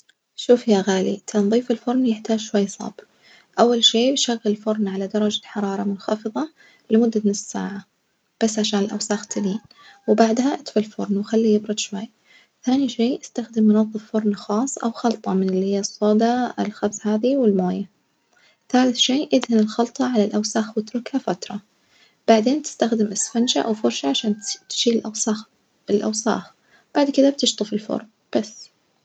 شوف يا غالي تنظيف الفرن يحتاج شوية صبر، أول شي شغل الفرن على درجة حرارة منخفضة لمدة نص ساعة بس عشان الأوساخ تلين، وبعدها إطفي الفرن وخليه يبرد شوية، ثاني شي استخدم منظم فرن خاص أو خلطة من الهي الصودا الخبز هذا والماي تالت شي ادهن الخلطة على الأوساخ واتركها فترة، بعدين تستخدم إسفنجة أو فرشاة عشان تشيل أوساخ- الأوساخ بعد كدة بتشطف الفرن بس.